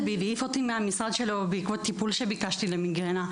בי והעיף אותי מהמשרד שלו בעקבות טיפול שביקשתי למיגרנה,